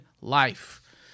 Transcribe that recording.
life